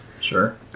Sure